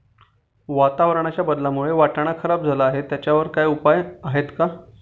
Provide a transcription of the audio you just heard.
वातावरणाच्या बदलामुळे वाटाणा खराब झाला आहे त्याच्यावर काय उपाय आहे का?